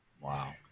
Wow